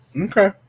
Okay